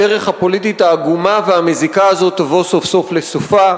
הדרך הפוליטית העגומה והמזיקה הזאת תבוא סוף-סוף לסופה.